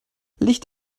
licht